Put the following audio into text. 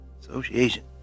Association